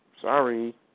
Sorry